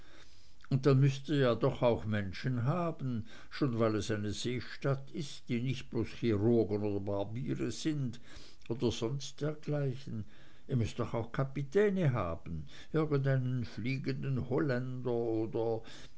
und dann müßt ihr ja doch auch menschen haben schon weil es eine seestadt ist die nicht bloß chirurgen oder barbiere sind oder sonst dergleichen ihr müßt doch auch kapitäne haben irgendeinen fliegenden holländer oder